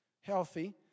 healthy